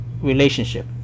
relationship